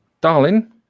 darling